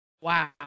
Wow